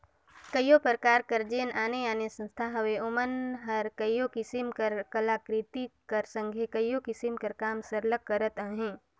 कइयो परकार कर जेन आने आने संस्था हवें ओमन हर कइयो किसिम कर कलाकृति कर संघे कइयो किसिम कर काम सरलग करत अहें